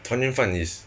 团园饭 is